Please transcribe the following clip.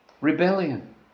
Rebellion